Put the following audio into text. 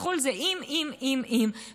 זה אם, אם, אם, אם.